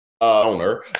owner